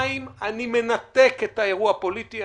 2. אני מנתק את האירוע הפוליטי.